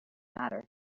matter